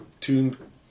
Tune